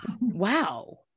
Wow